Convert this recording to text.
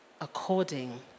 according